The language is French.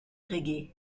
reggae